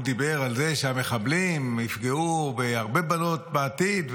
הוא דיבר על זה שהמחבלים יפגעו בהרבה בנות בעתיד,